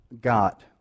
got